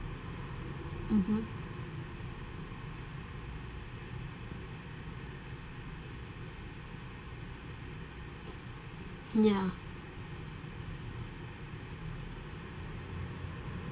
mmhmm ya